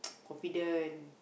confident